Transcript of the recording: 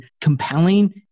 compelling